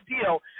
deal